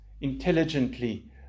intelligently